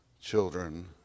children